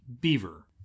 beaver